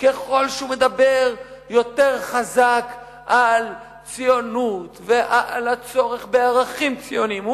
ככל שהוא מדבר יותר חזק על ציונות ועל הצורך בערכים ציוניים,